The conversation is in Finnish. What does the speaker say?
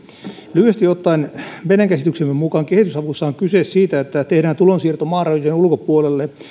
lyhyesti ottaen meidän käsityksemme mukaan kehitysavussa on kyse siitä että tehdään tulonsiirto maan rajojen ulkopuolelle